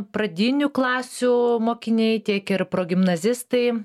pradinių klasių mokiniai tiek ir progimnazistai